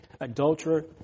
adulterer